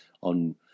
on